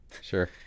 Sure